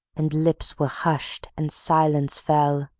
and lips were hushed and silence fell.